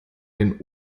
denn